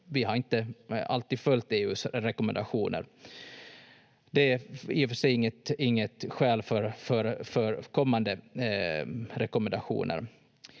inte alltid följt EU:s rekommendationer. Det är i och för sig inget skäl för kommande rekommendationer,